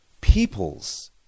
peoples